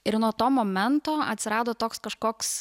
ir nuo to momento atsirado toks kažkoks